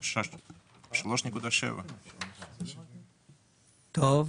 3.7. טוב.